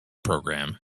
program